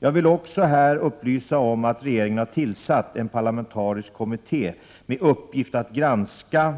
Jag vill också här upplysa om att regeringen har tillsatt en parlamentarisk kommitté med uppgift att granska,